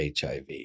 HIV